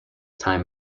time